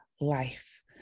Life